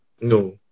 no